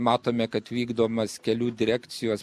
matome kad vykdomas kelių direkcijos